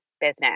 business